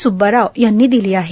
स्ब्बाराव यांनी दिली आहे